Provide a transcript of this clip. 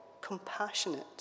compassionate